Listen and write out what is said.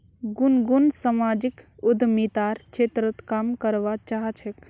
गुनगुन सामाजिक उद्यमितार क्षेत्रत काम करवा चाह छेक